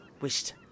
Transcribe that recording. wished